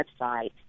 website